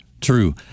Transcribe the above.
True